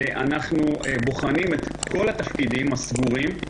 אנחנו בוחנים את כל התפקידים הסגורים.